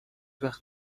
وقت